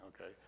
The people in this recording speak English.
okay